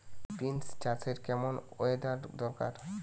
Beans চাষে কেমন weather দরকার?